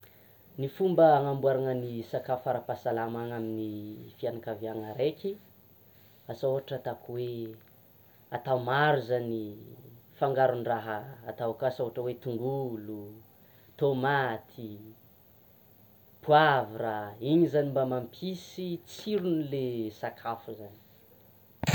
Ny fomba hanamboarana ny sakafo ara-pahasalamana amin'ny fianakaviana araiky asa ohatra ataoko hoe atao maro zany fangaron'ny raha atao akà asa ohatra ataoko hoe tongolo, tomaty, poivre, iny zany mba mampisy tsirony le sakafo zany.